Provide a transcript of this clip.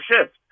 shift